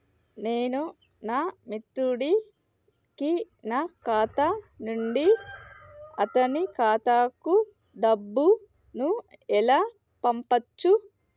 నేను నా మిత్రుడి కి నా ఖాతా నుండి అతని ఖాతా కు డబ్బు ను ఎలా పంపచ్చు?